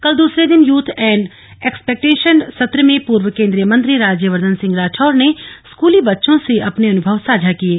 कल दूसरे दिन यूथ एंड एक्सपेक्टेशन सत्र में पूर्व केंद्रीय मंत्री राज्यवर्धन सिंह राठौर ने स्कूली बच्चों से अपने अनुभव साझा किये